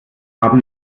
haben